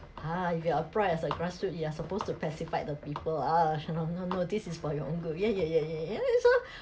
ha if you apply as a grassroot you are supposed to pacify the people ah should not no no this is for your own good yeah yeah yeah yeah yeah yes